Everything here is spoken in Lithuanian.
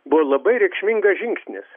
buvo labai reikšmingas žingsnis